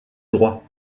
droit